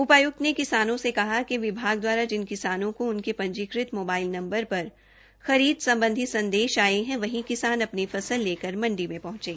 उपायुक्त ने किसानों से कहा कि विभाग द्वारा जिन किसानों को उनके पंजीकृत मोबाइल नंबर पर खरीद संबंधी संदेष आये हैं वहीं किसान अपनी फसल लेकर मण्डी में पहुंचे